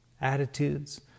attitudes